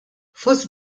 fost